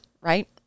right